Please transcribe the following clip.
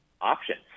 options